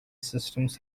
systems